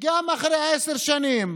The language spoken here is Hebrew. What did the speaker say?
שגם אחרי עשר שנים